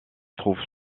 trouvent